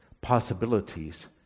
possibilities